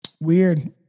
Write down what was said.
Weird